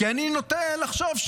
כי אני נוטה לחשוב,